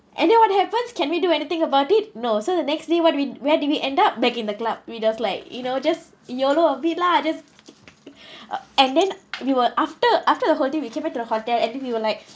and then what happens can we do anything about it no so the next day what we where do we end up back in the club we just like you know just YOLO a bit lah just and then we were after after the whole day we came back to the hotel and then we were like